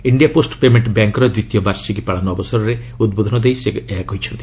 India post payment ବ୍ୟାଙ୍କର ଦ୍ୱିତୀୟ ବାର୍ଷିକ ପାଳନ ଅବସରରେ ଉଦ୍ବୋଧନ ଦେଇ ସେ ଏହା କହିଛନ୍ତି